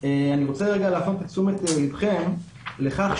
ואני רוצה להפנות את תשומת ליבכם לכך,